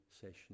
session